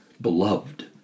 beloved